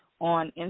on